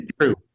True